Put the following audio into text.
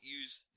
use